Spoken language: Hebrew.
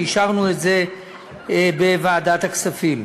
ואישרנו את זה בוועדת הכספים.